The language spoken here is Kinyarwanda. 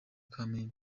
kamembe